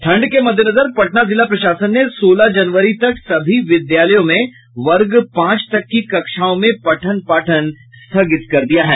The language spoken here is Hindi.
ठंड के मद्देनजर पटना जिला प्रशासन ने सोलह जनवरी तक सभी विद्यालयों में वर्ग पांच तक की कक्षाओं में पठन पाठन स्थगित कर दिया है